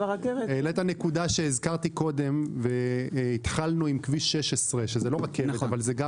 העלית נקודה שהזכרתי קודם והתחלנו עם כביש 16 שזה לא רכבת אבל זה גם